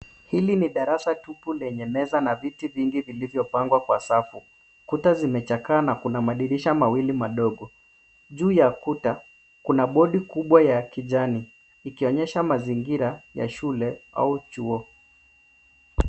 Hili ni darasa tupu lenye meza na viti vingi vilivyopangwa kwa safu. Kuta zimechakaa na kuna madirisha mawili madogo. Juu ya kuta, kuna bodi kubwa ya kijani, ikionyesha mazingira ya shule au chuo.